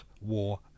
War